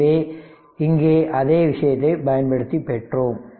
எனவே இங்கே அதே விஷயத்தைப் பயன்படுத்தி பெற்றோம்